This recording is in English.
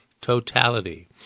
totality